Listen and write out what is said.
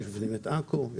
את עכו,